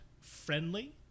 friendly